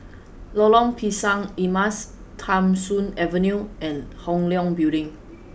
Lorong Pisang Emas Tham Soong Avenue and Hong Leong Building